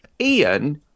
Ian